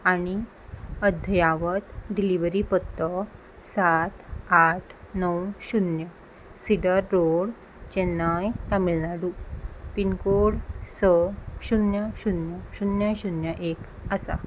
आनी अध्यावत डिलिव्हरी पत्तो सात आठ णव शुन्य cedar road Chennai Tamil Nadu pincode स शुन्य शुन्य शुन्य शुन्य एक आसा